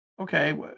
Okay